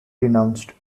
denounced